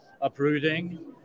uprooting